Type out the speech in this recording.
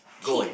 kin